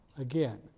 Again